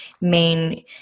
main